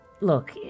Look